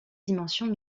dimensions